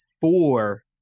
four